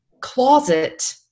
closet